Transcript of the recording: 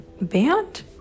band